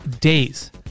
days